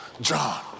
John